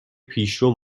پیشرو